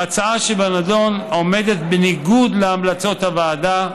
ההצעה שבנדון עומדת בניגוד להמלצות הוועדה,